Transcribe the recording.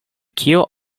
kio